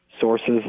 sources